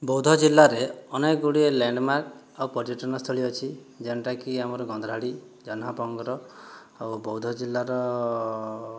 ବୌଦ୍ଧ ଜିଲ୍ଲାରେ ଅନେକ ଗୁଡ଼ିଏ ଲ୍ୟାଣ୍ଡମାର୍କ ଆଉ ପର୍ଯ୍ୟଟନସ୍ଥଳୀ ଅଛି ଯେଉଁଟା କି ଆମର ଗନ୍ଧରାଡ଼ି ଜହ୍ନପଙ୍କର ଆଉ ବୌଦ୍ଧ ଜିଲ୍ଲାର